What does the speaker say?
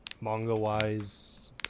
manga-wise